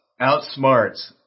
outsmarts